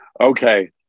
okay